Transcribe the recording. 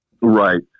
Right